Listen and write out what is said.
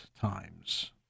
times